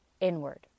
inward